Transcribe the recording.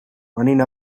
running